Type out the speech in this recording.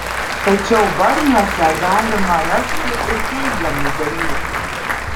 tačiau barniuose galima rasti ir teigiamų dalykų